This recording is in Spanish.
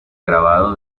grabado